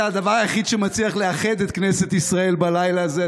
אתה הדבר היחיד שמצליח לאחד את כנסת ישראל בלילה הזה,